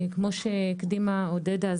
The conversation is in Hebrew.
כפי שהקדימה עודדה,